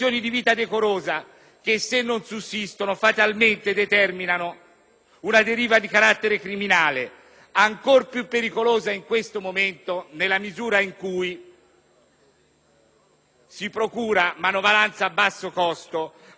una deriva di carattere criminale, ancor più pericolosa in questo momento nella misura in cui procura manovalanza a basso costo a quella criminalità organizzata transfrontaliera che ormai ha costruito i propri santuari